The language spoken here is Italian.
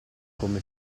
come